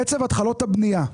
קצב התחלות הבנייה,